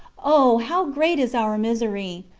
o! how great is our misery!